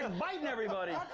and biting everybody.